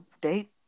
date